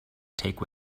take